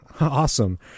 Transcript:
Awesome